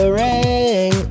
ring